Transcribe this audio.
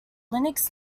linux